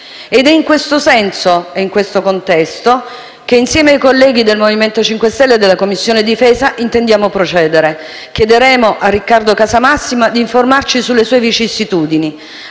È in questo senso e in questo contesto che, insieme ai colleghi del MoVimento 5 Stelle e della Commissione difesa, intendiamo procedere. Chiederemo a Riccardo Casamassima di informarci sulle sue vicissitudini,